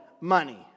money